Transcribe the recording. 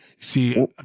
See